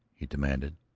he demanded.